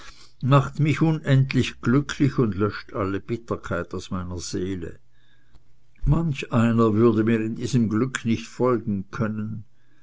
macht mich unendlich glücklich und löscht alle bitterkeit aus meiner seele manch einer würde mir in diesem gefühl nicht folgen können